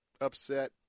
upset